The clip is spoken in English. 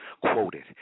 Quoted